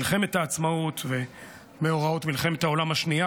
מלחמת העצמאות ומאורעות מלחמת העולם השנייה,